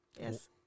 Yes